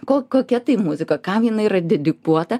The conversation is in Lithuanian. ko kokia tai muzika kam jinai yra dedikuota